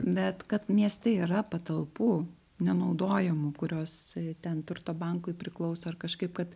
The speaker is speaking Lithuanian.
bet kad mieste yra patalpų nenaudojamų kurios ten turto bankui priklauso ar kažkaip kad